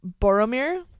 Boromir